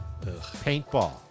paintball